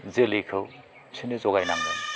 जोलैखौ बिसोरनो जगायनांगोन